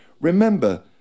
Remember